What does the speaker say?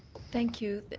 thank you.